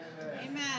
Amen